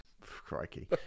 Crikey